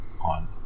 on